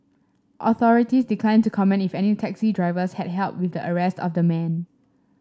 authorities declined to comment if any taxi drivers had help with the arrest of the man